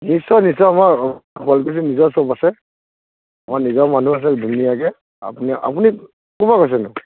নিশ্চয় নিশ্চয় আমাৰ শুৱালকুছিত নিজৰ চপ আছে আমাৰ নিজৰ মানুহ আছে ধুনীয়াকৈ আপুনি আপুনি ক'ৰ পৰা কৈছে নো